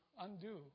undo